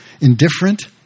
indifferent